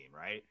right